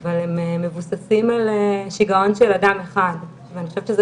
אבל הם מבוססים על שיגעון של אדם אחד ואני חושבת שזה